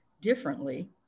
differently